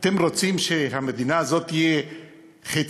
אתם רוצים שהמדינה הזאת תהיה חצי-חצי?